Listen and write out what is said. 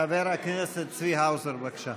חבר הכנסת צבי האוזר, בבקשה,